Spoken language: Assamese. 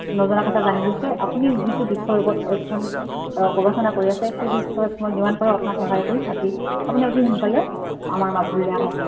নজনা কথা জানি গৈছে আপুনি যিটো বিষয়ৰ ওপৰত অধ্যয়ন গৱেষণা কৰি আছে সেই বিষয়ত মই যিমান পাৰোঁ আপোনাক সহায় কৰিম বাকী আপুনি অতি সোনকালে আমাৰ মাজুলিলৈ আহক